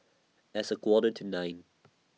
as A Quarter to nine